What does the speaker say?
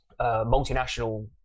multinational